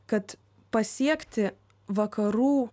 kad pasiekti vakarų